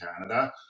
Canada